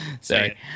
Sorry